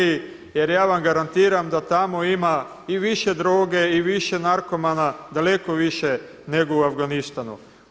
Jer ja vam garantiram da tamo ima i više droge i više narkomana, daleko više nego u Afganistanu.